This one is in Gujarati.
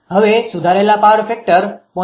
હવે સુધારેલા પાવર ફેક્ટર ૦